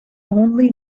only